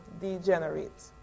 degenerate